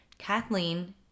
Kathleen